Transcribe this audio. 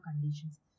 conditions